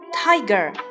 Tiger